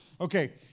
Okay